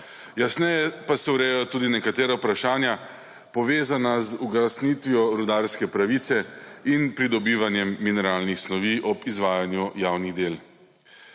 jasneje pa se urejajo tudi nekatera vprašanja povezana z ugasnitvijo rudarske pravice in pridobivanjem mineralnih snovi ob izvajanju javnih del.